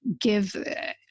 give